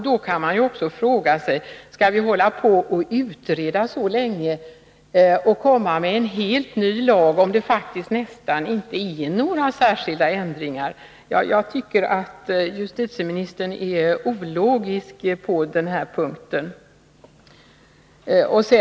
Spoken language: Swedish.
Då kan man också fråga sig: Skall vi hålla på och utreda så länge och komma med en helt ny lag, om den faktiskt inte innehåller några särskilda ändringar? Jag tycker att justitieministern är ologisk på den här punkten.